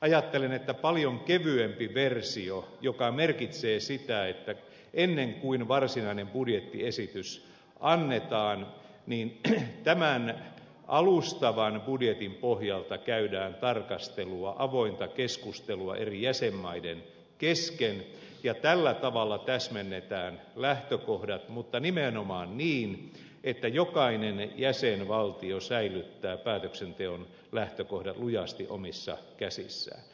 ajattelen että riittää paljon kevyempi versio joka merkitsee sitä että ennen kuin varsinainen budjettiesitys annetaan tämän alustavan budjetin pohjalta käydään tarkastelua avointa keskustelua eri jäsenmaiden kesken ja tällä tavalla täsmennetään lähtökohdat mutta nimenomaan niin että jokainen jäsenvaltio säilyttää päätöksenteon lähtökohdat lujasti omissa käsissään